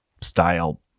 style